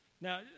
Now